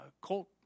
colt